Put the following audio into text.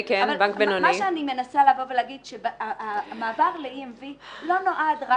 אני מנסה לומר שהמעבר ל-EMV לא נועד רק